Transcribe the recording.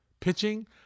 Pitching